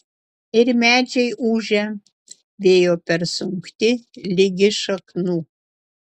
ir medžiai ūžią vėjo persunkti ligi šaknų